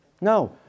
No